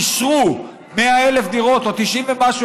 אישרו 100,000 דירות או 90,000 ומשהו